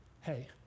Hey